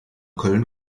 köln